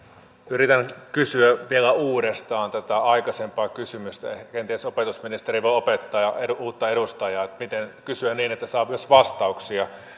yritän nyt kysyä vielä uudestaan tätä aikaisempaa kysymystä kenties opetusministeri voi opettaa uutta edustajaa että miten kysyä niin että saa myös vastauksia